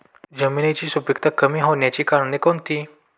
जमिनीची सुपिकता कमी होण्याची कारणे कोणती?